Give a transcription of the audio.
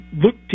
look